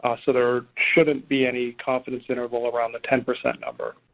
ah so there shouldn't be any confidence interval around the ten percent number.